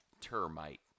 Termite